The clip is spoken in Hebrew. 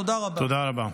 תודה רבה.